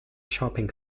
shopping